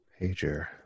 Pager